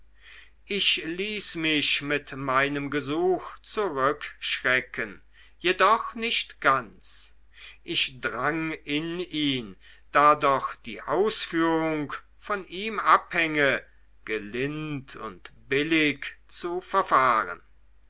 ich ließ mich mit meinem gesuch zurückschrecken jedoch nicht ganz ich drang in ihn da doch die ausführung von ihm abhänge gelind und billig zu verfahren